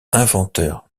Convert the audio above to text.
inventeur